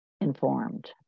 informed